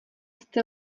sty